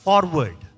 Forward